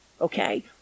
Okay